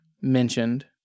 mentioned